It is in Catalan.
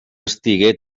estigué